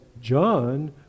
John